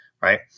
right